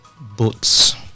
boats